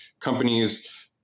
companies